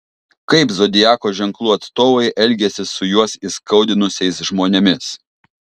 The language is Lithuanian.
kaip zodiako ženklų atstovai elgiasi su juos įskaudinusiais žmonėmis